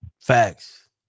Facts